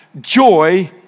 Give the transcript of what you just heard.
Joy